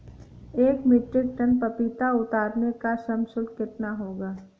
एक metric ton पपीता उतारने का श्रम शुल्क कितना होगा?